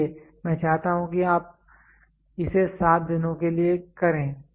इसलिए मैं चाहता हूं कि आप इसे 7 दिनों के लिए करें